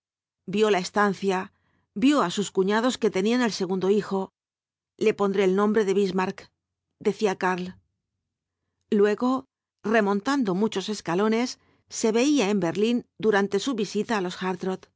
vio la estancia vio á sus cuñados que tenían el segundo hijo le pondré el nombre de bismarck decía karl luego remontando muchos escalones se veía en berlín durante su visita á los